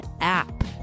app